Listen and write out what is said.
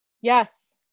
yes